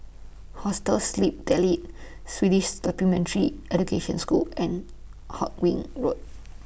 Hostel Sleep Delight Swedish Supplementary Education School and Hawkinge Road